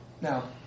Now